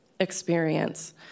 experience